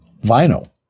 vinyl